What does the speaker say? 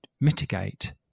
mitigate